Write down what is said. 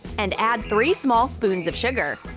and add three small spoons of sugar.